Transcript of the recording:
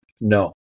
No